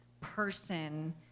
person